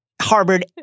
harbored